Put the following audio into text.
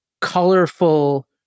colorful